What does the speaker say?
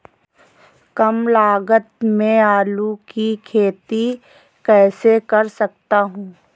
कम लागत में आलू की खेती कैसे कर सकता हूँ?